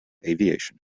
aviation